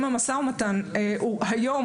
אם המשא ומתן יביא